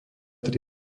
tri